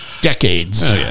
decades